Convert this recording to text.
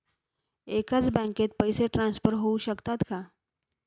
एकाच बँकेत पैसे ट्रान्सफर होऊ शकतात का?